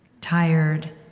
Tired